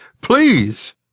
Please